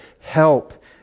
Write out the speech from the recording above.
Help